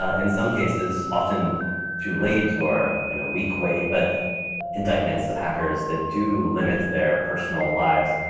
ah in some cases, often too late or in a weak way, but indictments of hackers that do limit their personal lives,